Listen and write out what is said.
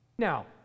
Now